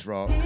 Rock